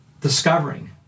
discovering